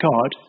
God